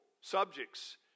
subjects